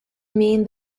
mean